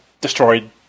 destroyed